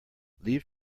leave